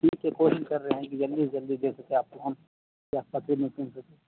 ٹھیک ہے کوشش کر رہے ہیں کہ جلدی سے جلدی دے سکے آپ کو ہم